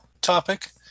topic